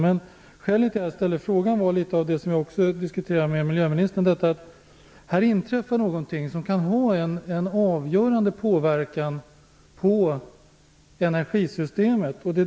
Men skälet till att jag ställde frågan är det som jag diskuterade med miljöministern, att här inträffar någonting som kan ha en avgörande påverkan på energisystemet.